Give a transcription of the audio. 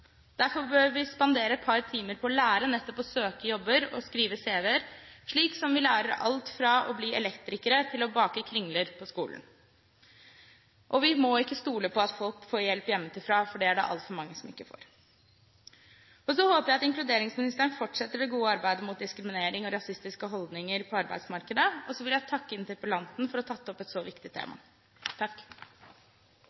Derfor bør vi spandere et par timer på å lære nettopp å søke på jobber og skrive cv, slik vi lærer alt fra å bli elektrikere til å bake kringle på skolen. Og vi må ikke stole på at folk får hjelp hjemme, for det er det altfor mange som ikke får. Jeg håper inkluderingsministeren fortsetter det gode arbeidet mot diskriminering og rasistiske holdninger på arbeidsmarkedet. Så vil jeg takke interpellanten for å ha tatt opp et så viktig tema.